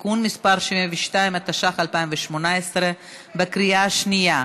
(תיקון מס' 72), התשע"ח 2018, בקריאה שנייה.